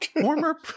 Former